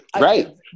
Right